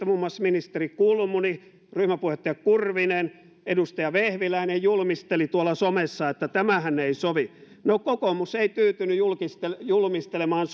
muun muassa ministeri kulmuni ryhmäpuheenjohtaja kurvinen ja edustaja vehviläinen julmistelivat tuolla somessa että tämähän ei sovi no kokoomus ei tyytynyt julmistelemaan